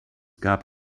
gab